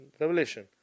Revelation